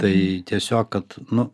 tai tiesiog kad nu